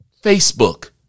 Facebook